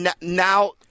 Now –